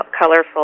colorful